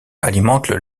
alimentent